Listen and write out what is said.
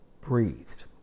breathed